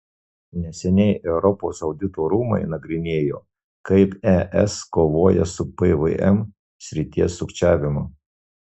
neseniai europos audito rūmai nagrinėjo kaip es kovoja su pvm srities sukčiavimu